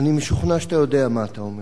אני משוכנע שאתה יודע מה אתה אומר.